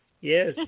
Yes